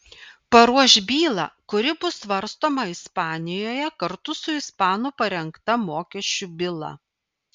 paruoš bylą kuri bus svarstoma ispanijoje kartu su ispanų parengta mokesčių byla